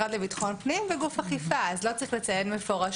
המשרד לביטחון פנים הוא גוף אכיפה אז לא צריך לציין מפורשות.